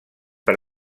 per